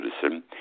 citizen